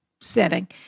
setting